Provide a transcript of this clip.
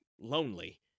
lonely